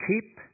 Keep